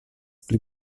pli